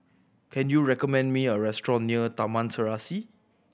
can you recommend me a restaurant near Taman Serasi